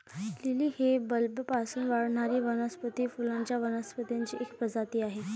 lily ही बल्बपासून वाढणारी वनौषधी फुलांच्या वनस्पतींची एक प्रजाती आहे